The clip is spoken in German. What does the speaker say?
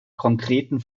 konkreten